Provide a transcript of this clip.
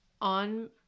on